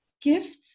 gifts